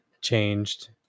changed